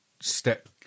step